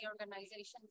organizations